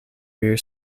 rear